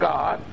God